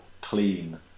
clean